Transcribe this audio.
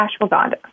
ashwagandha